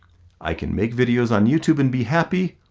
i can make videos on youtube and be happy,